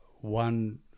One